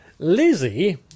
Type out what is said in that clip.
Lizzie